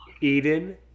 Eden